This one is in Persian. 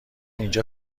اینجا